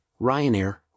Ryanair